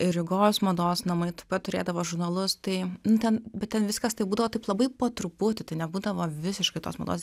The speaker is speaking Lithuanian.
rygos mados namai taip pat turėdavo žurnalus tai ten bet ten viskas taip būdavo taip labai po truputį tai nebūdavo visiškai tos mados